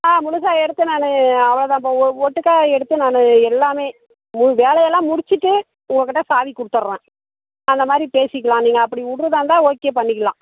ஆ முழுசா எடுத்து நான் அவ்வளவுதான்ப்பா ஒ ஒட்டுக்கா எடுத்து நான் எல்லாமே மு வேலையெல்லாம் முடிச்சுட்டு உங்கக்கிட்டே சாவி கொடுத்தர்றேன் அந்தமாதிரி பேசிக்கலாம் நீங்கள் அப்படி விட்றதா இருந்தால் ஓகே பண்ணிக்கலாம்